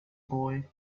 boy